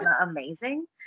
amazing